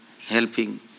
helping